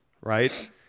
right